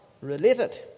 related